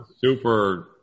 super